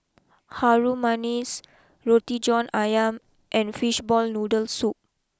Harum Manis Roti John Ayam and Fish Ball Noodle Soup